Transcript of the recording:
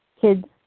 kids